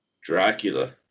Dracula